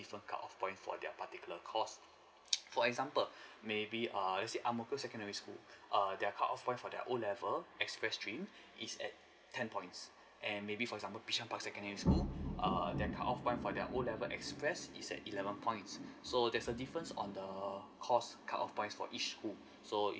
different cut of point for their particular course for example maybe err let's say ang mo kio secondary school err their cut off point for their O level express is at ten points and maybe for example bishan park secondary school err their cut off point for their O level express is at eleven points so there's a difference on the course cut off points for each school so